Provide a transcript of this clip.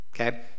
okay